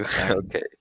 Okay